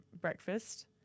breakfast